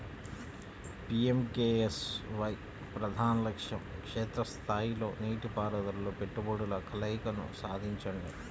PMKSY ప్రధాన లక్ష్యం క్షేత్ర స్థాయిలో నీటిపారుదలలో పెట్టుబడుల కలయికను సాధించడం